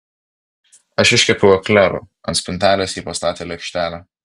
aš iškepiau eklerų ant spintelės ji pastatė lėkštelę